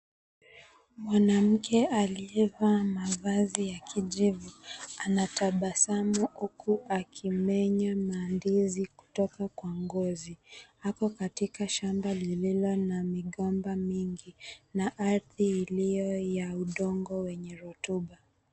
Mwanamke aliyevaa mavazi ya kijivu anatabasamu huku akimenya mandizi kutoka kwa ngozi. Ako katika shamba lililo na migomba mingi na ardhi iliyo ya udongo wenye rutuba.